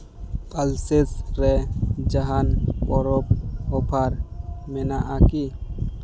pulses ᱨᱮ ᱡᱟᱦᱟᱱ ᱯᱚᱨᱚᱵᱽ ᱚᱯᱷᱟᱨ ᱢᱮᱱᱟᱜᱼᱟ ᱠᱤ